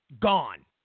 gone